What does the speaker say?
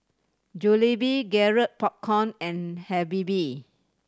Jollibee Garrett Popcorn and Habibie